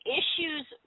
issues